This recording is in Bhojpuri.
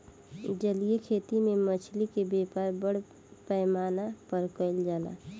जलीय खेती में मछली के व्यापार बड़ पैमाना पर कईल जाला